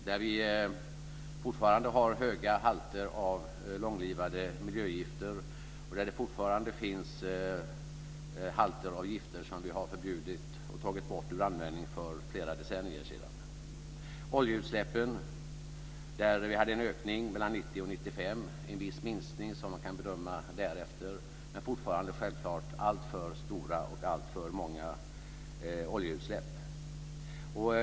Vi har fortfarande höga halter av långlivade miljögifter, och det finns fortfarande halter av gifter som vi har förbjudit och tagit ur bruk för flera decennier sedan. Vad gäller oljeutsläppen hade vi en ökning mellan 1990 och 1995 och såvitt man kan bedöma en viss minskning därefter, men det är fortfarande självklart alltför stora och alltför många oljeutsläpp.